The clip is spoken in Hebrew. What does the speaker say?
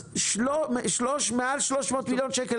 אז הם קיבלו יותר מ-300 מיליון שקל